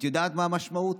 את יודעת מה המשמעות?